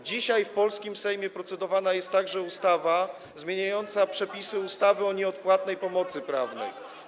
Dzisiaj w polskim Sejmie procedowana jest także ustawa zmieniająca przepisy ustawy o nieodpłatnej pomocy prawnej.